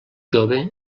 jove